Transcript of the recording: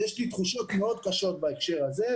יש לי תחושות מאוד קשות בהקשר הזה.